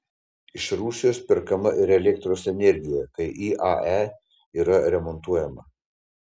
iš rusijos perkama ir elektros energija kai iae yra remontuojama